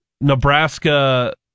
Nebraska